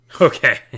Okay